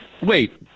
Wait